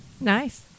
Nice